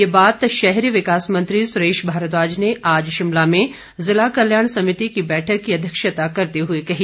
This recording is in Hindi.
ये बात शहरी विकास मंत्री सुरेश भारद्वाज ने आज शिमला में ज़िला कल्याण समिति की बैठक की अध्यक्षता करते हुए कही